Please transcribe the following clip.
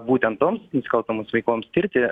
būtent toms nusikalstamoms veikoms tirti